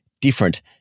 different